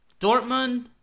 Dortmund